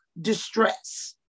distress